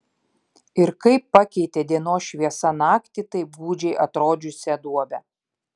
ir kaip pakeitė dienos šviesa naktį taip gūdžiai atrodžiusią duobę